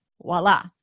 Voila